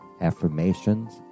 affirmations